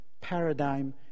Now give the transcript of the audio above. paradigm